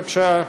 בבקשה.